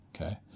Okay